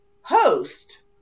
Host